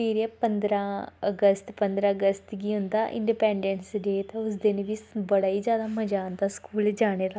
फिर ऐ पंदरां अगस्त पंदरां अगस्त गी होंदा इंडिपैंडैंस डे ते उस दिन बी बड़ा ई जादा मज़ा आंदा स्कूल जाने दा